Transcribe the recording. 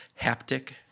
haptic